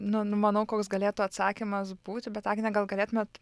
nu numanau koks galėtų atsakymas būti bet agne gal galėtumėt